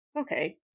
okay